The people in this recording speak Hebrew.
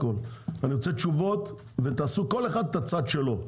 אני רוצה תשובות, וכל אחד יעשה את הצד שלו.